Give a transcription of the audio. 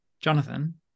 Jonathan